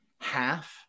half